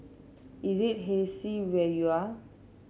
is it hazy where you are